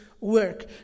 work